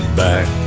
back